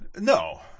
No